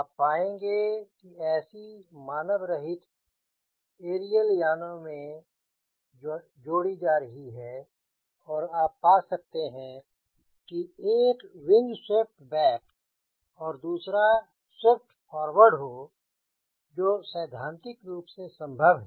आप पाऐंगे कि ऐसी मानव रहित एरियल यानों में जोड़ी जा रही है और आप पा सकते हैं एक विंग स्वेप्ट बैक और दूसरा स्वेप्ट फॉरवर्ड हो जो सैद्धांतिक रूप से संभव है